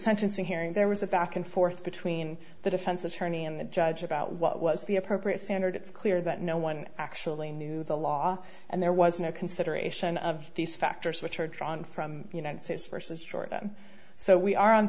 sentencing hearing there was a back and forth between the defense attorney and the judge about what was the appropriate standard it's clear that no one actually knew the law and there was no consideration of these factors which are drawn from united states versus georgia so we are on